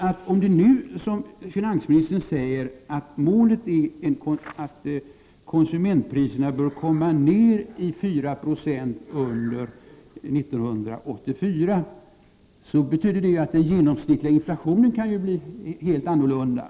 Om målet, som finansministern nu säger, är att konsumentprisstegringen bör komma ned i 4 90 under 1984, betyder det att den genomsnittliga inflationen kan bli av en helt annan storlek.